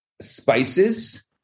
spices